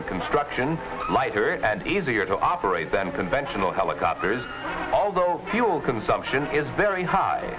and construction lighter and easier to operate than conventional helicopters although fuel consumption is very high